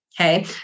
Okay